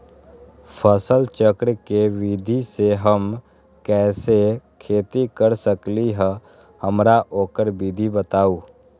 फसल चक्र के विधि से हम कैसे खेती कर सकलि ह हमरा ओकर विधि बताउ?